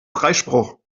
freispruch